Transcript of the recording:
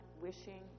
wishing